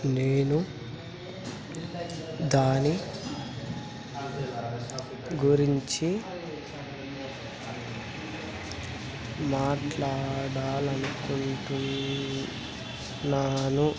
నేను దాని గురించి మాట్లాడాలని అనుకుంటున్నాను